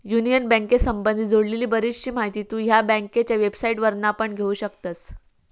union बँकेसंबधी जोडलेली बरीचशी माहिती तु ह्या बँकेच्या वेबसाईटवरना पण घेउ शकतस